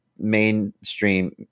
Mainstream